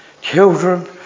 children